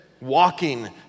walking